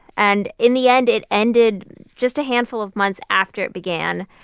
and in the end, it ended just a handful of months after it began,